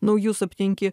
naujus aptinki